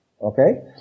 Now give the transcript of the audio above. Okay